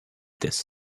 this